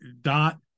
dot